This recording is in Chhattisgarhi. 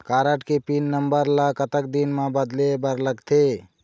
कारड के पिन नंबर ला कतक दिन म बदले बर लगथे?